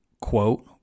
quote